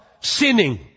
sinning